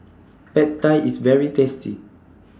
Pad Thai IS very tasty